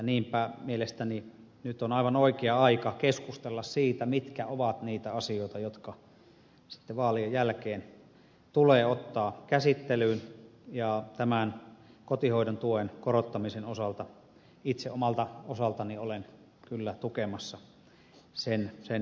niinpä mielestäni nyt on aivan oikea aika keskustella siitä mitkä ovat niitä asioita jotka sitten vaalien jälkeen tulee ottaa käsittelyyn ja tämän kotihoidon tuen korottamisen osalta itse omalta osaltani olen kyllä tukemassa sen nostamista